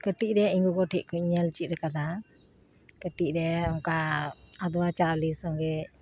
ᱠᱟᱹᱴᱤᱡ ᱨᱮ ᱤᱧ ᱜᱚᱜᱚ ᱴᱷᱮᱡ ᱠᱷᱚᱡ ᱤᱧ ᱧᱮᱞ ᱪᱮᱫ ᱟᱠᱟᱫᱟ ᱠᱟᱹᱴᱤᱡ ᱨᱮ ᱚᱱᱠᱟ ᱟᱫᱽᱣᱟ ᱪᱟᱣᱞᱮ ᱥᱚᱜᱮ